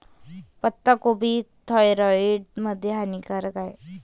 पत्ताकोबी थायरॉईड मध्ये हानिकारक आहे